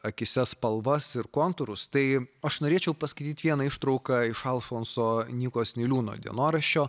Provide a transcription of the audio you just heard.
akyse spalvas ir kontūrus tai aš norėčiau paskaityti vieną ištrauką iš alfonso nykos niliūno dienoraščio